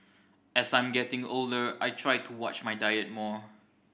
as I am getting older I try to watch my diet more